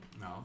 No